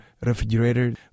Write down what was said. refrigerator